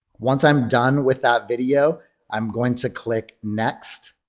once i'm done with that video i'm going to click next,